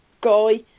guy